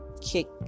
kick